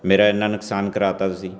ਮੇਰਾ ਇੰਨਾ ਨੁਕਸਾਨ ਕਰਾ ਦਿੱਤਾ ਤੁਸੀਂ